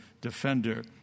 defender